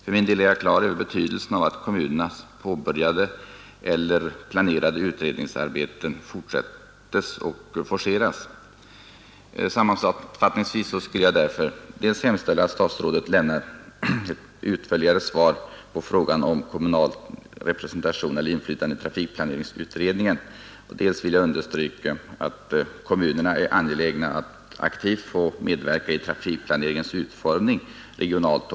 För min del är jag på det klara med betydelsen av att kommunernas påbörjade eller planerade utredningsarbeten fortsätter och forceras. Sammanfattningsvis vill jag därför dels hemställa att statsrådet lämnar ett utförligare svar på frågan om kommunal representation eller kommunalt inflytande i trafikplaneringsutredningen, dels understryka att kommunerna är angelägna att aktivt få medverka i trafikplaneringens utformning regionalt.